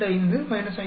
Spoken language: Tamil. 825 5